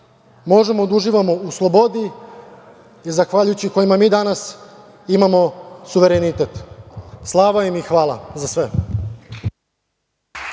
možemo da uživamo u slobodi i zahvaljujući kojima mi danas imamo suverenitet. Slava im i hvala za sve.